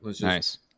Nice